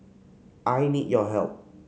I need your help